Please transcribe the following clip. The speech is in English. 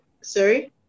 sorry